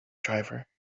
driver